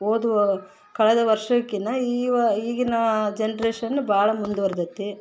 ಓದುವ ಕಳೆದ ವರ್ಷಕ್ಕಿನ್ನ ಈ ವಾ ಈಗಿನ ಜನ್ರೇಷನ್ ಭಾಳ ಮುಂದುವರ್ದೈತಿ